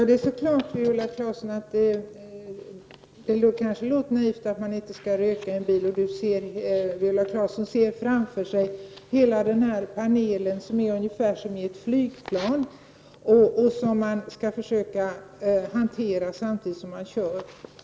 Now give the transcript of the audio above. Herr talman! Det låter kanske naivt när jag säger att man inte skall röka under bilkörning, samtidigt som Viola Claesson framför sig ser en panel av ungefär samma slag som i ett flygplan på vilken föraren skall hantera knapparna när han kör.